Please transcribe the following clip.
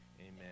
Amen